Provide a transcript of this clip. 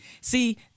See